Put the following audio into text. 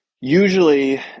usually